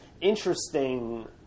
interesting